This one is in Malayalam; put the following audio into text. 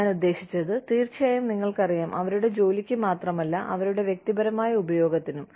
ഞാൻ ഉദ്ദേശിച്ചത് തീർച്ചയായും നിങ്ങൾക്കറിയാം അവരുടെ ജോലിക്ക് മാത്രമല്ല അവരുടെ വ്യക്തിപരമായ ഉപയോഗത്തിനും